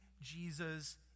Jesus